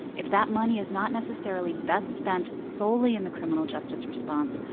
if that money is not necessarily best spent solely in the criminal justice response,